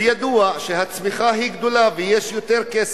וידוע שהצמיחה היא גדולה, ויש יותר כסף,